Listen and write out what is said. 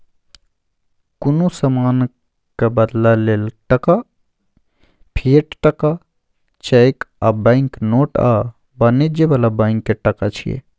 कुनु समानक बदला लेल टका, फिएट टका, चैक आ बैंक नोट आ वाणिज्य बला बैंक के टका छिये